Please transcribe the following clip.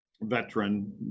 veteran